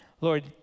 Lord